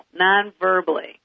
nonverbally